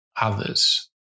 others